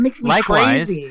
Likewise